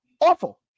awful